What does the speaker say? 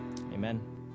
Amen